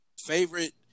favorite